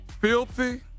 Filthy